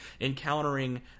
encountering